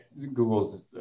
Google's